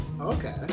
Okay